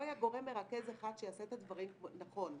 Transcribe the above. היה גורם מרכז אחד שיעשה את הדברים נכון.